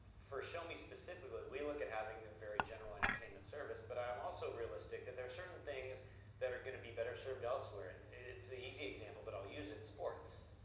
for shomi specifically, we look at having a very general entertainment service, but i'm also realistic that there are certain things that are gonna be better served elsewhere. and it's the easy example, but i'll use it, sports.